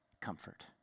comfort